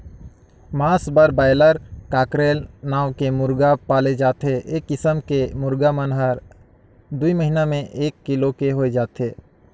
मांस बर broiler, cockerel नांव के मुरगा पाले जाथे ए किसम के मुरगा मन हर दूई महिना में एक किलो के होय जाथे